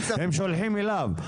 הם שולחים אליו.